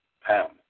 pound